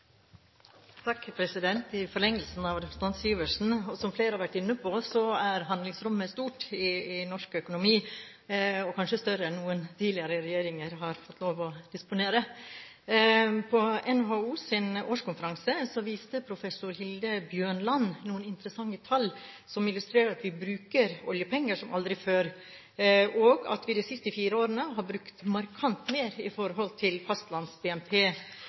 Syversen og flere har vært inne på, er handlingsrommet stort i norsk økonomi og kanskje større enn noen tidligere regjeringer har fått lov å disponere. På NHOs årskonferanse viste professor Hilde C. Bjørnland til noen interessante tall som illustrerer at vi bruker oljepenger som aldri før, og at vi i de siste fire årene har brukt markant mer i forhold til